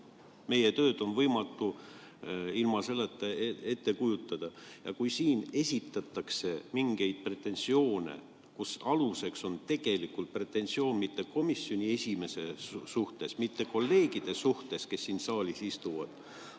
Meie tööd on võimatu ilma selleta ette kujutada. Kui siin esitatakse mingeid pretensioone, kus aluseks on pretensioon mitte komisjoni esimehe suhtes, mitte kolleegide suhtes, kes siin saalis istuvad,